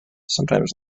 sometimes